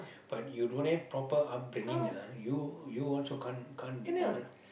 but you don't have proper upbringing ah you you also can't can't be bothered